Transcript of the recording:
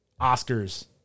Oscars